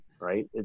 Right